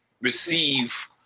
receive